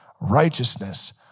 righteousness